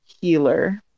Healer